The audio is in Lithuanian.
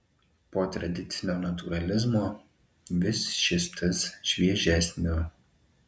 po tradicinio natūralizmo vis šis tas šviežesnio